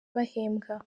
bahembwa